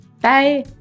Bye